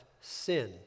sin